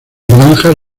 granjas